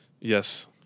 Yes